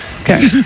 Okay